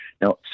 Now